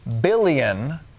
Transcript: billion